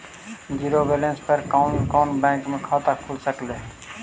Zero balance पर कोन कोन बैंक में खाता खुल सकले हे?